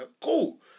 Cool